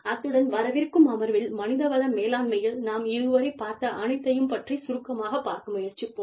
அத்துடன் வரவிருக்கும் அமர்வில் மனித வள மேலாண்மையில் நாம் இதுவரை பார்த்த அனைத்தையும் பற்றி சுருக்கமாகப் பார்க்க முயற்சிப்போம்